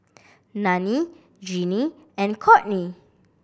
Nannie Jeanine and Kourtney